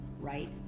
right